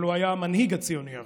אבל הוא היה המנהיג הציוני הראשון.